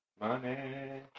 Money